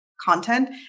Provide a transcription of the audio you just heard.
content